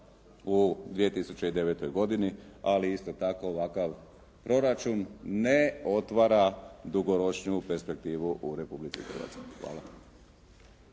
u 2009. godini, ali isto tako ovakav proračun ne otvara dugoročniju perspektivu u Republici Hrvatskoj. Hvala.